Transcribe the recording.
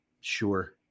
Sure